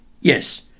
Yes